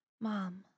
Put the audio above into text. Mom